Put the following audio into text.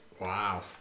Wow